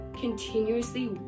continuously